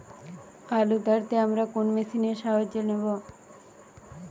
আলু তাড়তে আমরা কোন মেশিনের সাহায্য নেব?